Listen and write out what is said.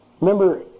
Remember